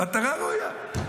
מטרה ראויה.